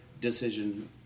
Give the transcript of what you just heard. decision